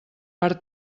per